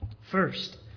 First